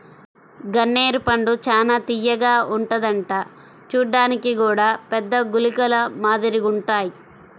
గన్నేరు పండు చానా తియ్యగా ఉంటదంట చూడ్డానికి గూడా పెద్ద గుళికల మాదిరిగుంటాయ్